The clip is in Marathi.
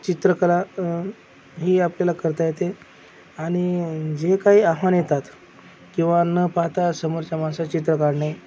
चित्रकला ही आपल्याला करता येते आणि जे काही आव्हानं येतात किंवा न पाहता समोरच्या माणसाचे चित्र काढणे